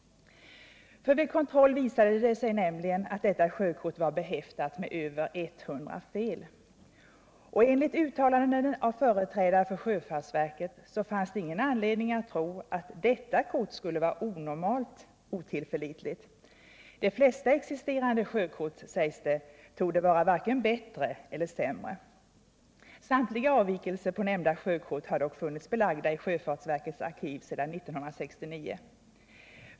Vid kontroll visade det sig nämligen att detta sjökort var behäftat med över 100 fel. Enligt uttalanden av företrädare för sjöfartsverket finns det ingen anledning tro att detta kort skulle vara onormalt otillförlitligt. De flesta existerande sjökort torde vara varken bittre eller sämre, sägs det. Samtliga av vikelser på det nämnda sjökortet har dock funnits belagda i sjöfartsverkets arkiv sedan 1969.